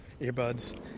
earbuds